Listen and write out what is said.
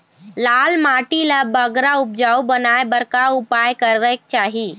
लाल माटी ला बगरा उपजाऊ बनाए बर का उपाय करेक चाही?